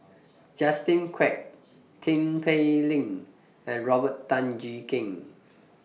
Justin Quek Tin Pei Ling and Robert Tan Jee Keng